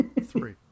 Three